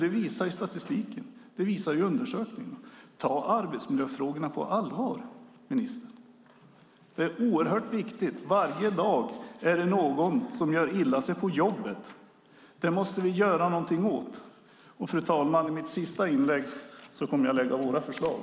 Det visar statistiken och undersökningarna. Ta arbetsmiljöfrågorna på allvar, ministern. Varje dag är det någon som gör illa sig på jobbet. Det måste vi göra något åt. I mitt sista inlägg kommer jag att lägga fram våra förslag.